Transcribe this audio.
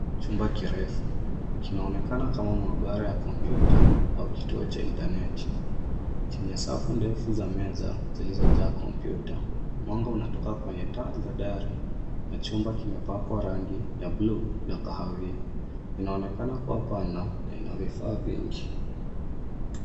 Chumba kirefu kinaonekana kama maabara ya kompyuta au kituo cha intaneti chenye safu ndefu za meza zilizojaa kompyuta. Mwanga unatoka kwenye taa za dari na chumba kimepakwa rangi ya buluu na kahawia. Inaonekana kuwa pana na ina vifaa vingi.